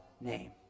name